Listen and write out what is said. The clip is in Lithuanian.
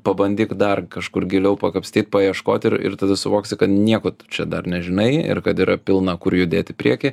pabandyk dar kažkur giliau pakapstyt paieškot ir ir tada suvoksi kad nieko tu čia dar nežinai ir kad yra pilna kur judėt į priekį